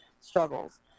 struggles